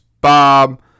Bob